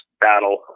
battle